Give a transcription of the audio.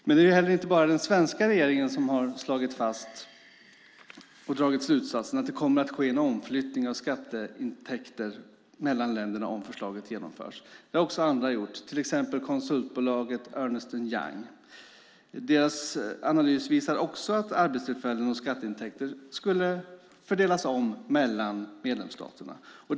Men det är heller inte bara den svenska regeringen som har dragit slutsatsen och slagit fast att det kommer att ske en omflyttning av skatteintäkter mellan länderna om förslaget genomförs. Det har också andra gjort, till exempel konsultbolaget Ernst & Young. Deras analys visar också att arbetstillfällen och skatteintäkter skulle fördelas om mellan medlemsstaterna.